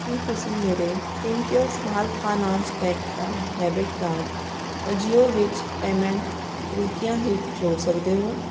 ਕੀ ਤੁਸੀਂਂ ਮੇਰੇ Fincare small finance bank ਦਾ ਡੈਬਿਟ ਕਾਰਡ ਅਜੀਓ ਵਿੱਚ ਪੇਮੈਂਟ ਤਰੀਕਿਆਂ ਹੇਠ ਜੋੜ ਸਕਦੇ ਹੋ